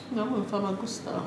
macam apa farma~ gusta~